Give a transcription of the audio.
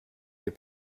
des